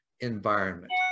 environment